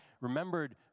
remembered